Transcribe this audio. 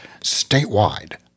statewide